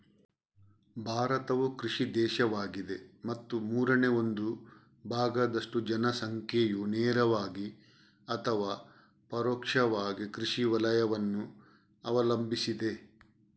ಭಾರತವು ಕೃಷಿ ದೇಶವಾಗಿದೆ ಮತ್ತು ಮೂರನೇ ಒಂದು ಭಾಗದಷ್ಟು ಜನಸಂಖ್ಯೆಯು ನೇರವಾಗಿ ಅಥವಾ ಪರೋಕ್ಷವಾಗಿ ಕೃಷಿ ವಲಯವನ್ನು ಅವಲಂಬಿಸಿದೆ